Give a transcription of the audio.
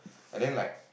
and then like